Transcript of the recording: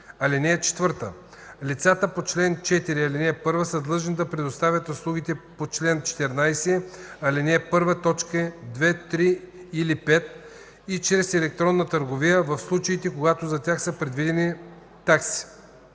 (4) Лицата по чл. 4, ал. 1 са длъжни да предоставят услугите по чл. 14, ал. 1, т. 2, 3 или 5 и чрез електронна търговия, в случаите когато за тях са предвидени такси.